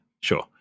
sure